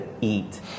eat